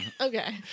Okay